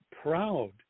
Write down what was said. proud